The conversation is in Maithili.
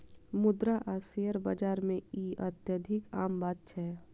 मुद्रा आ शेयर बाजार मे ई अत्यधिक आम बात छै